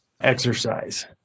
exercise